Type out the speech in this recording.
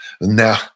now